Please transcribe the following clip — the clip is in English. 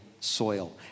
soil